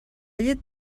llet